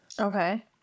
Okay